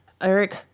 Eric